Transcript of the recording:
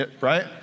right